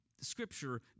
scripture